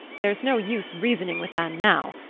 there's no use reasoning with anne now.